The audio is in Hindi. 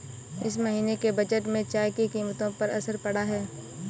इस महीने के बजट में चाय की कीमतों पर असर पड़ा है